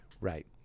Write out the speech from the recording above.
right